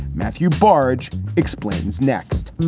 matthew baj explains next